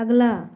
अगला